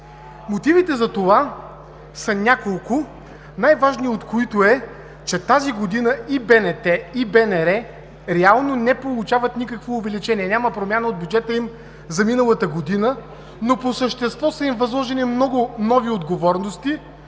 Мотивите за това са няколко, най-важният от които е, че тази година и БНП, и БНР реално не получават никакво увеличение, няма промяна от бюджета им за миналата година, но по същество са им възложени много нови отговорности,